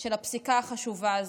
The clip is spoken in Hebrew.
של הפסיקה החשובה הזו.